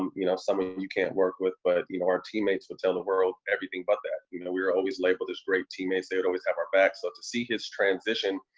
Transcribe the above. um you know, someone you can't work with. but, you know, our teammates would tell the world everything but that. you know, we were always labeled as great teammates. they would always have our backs. so ah to see his transition,